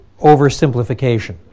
oversimplification